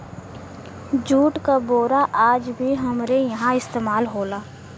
jute क बोरा आज भी हमरे इहां इस्तेमाल होला